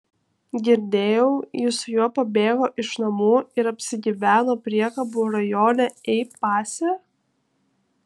girdėjau ji su juo pabėgo iš namų ir apsigyveno priekabų rajone ei pase